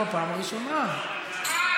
סליחה,